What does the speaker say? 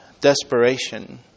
desperation